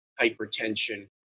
hypertension